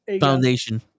Foundation